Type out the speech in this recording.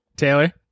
Taylor